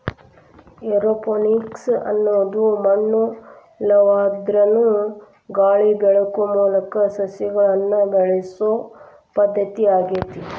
aeroponics ಅನ್ನೋದು ಮಣ್ಣು ಇಲ್ಲಾಂದ್ರನು ಗಾಳಿ ಬೆಳಕು ಮೂಲಕ ಸಸಿಗಳನ್ನ ಬೆಳಿಸೋ ಪದ್ಧತಿ ಆಗೇತಿ